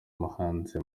muhanzi